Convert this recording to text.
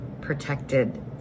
protected